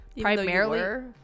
primarily